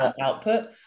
output